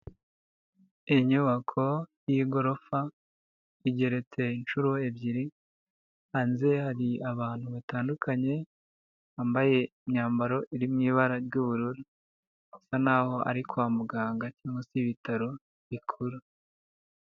Inyubako y'igorofa igereretse inshuro ebyiri, hanze hari abantu batandukanye bambaye imyambaro iri mu ibara ry'ubururu basa naho ari kwa muganga cyangwa se ibitaro bikuru.